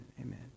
Amen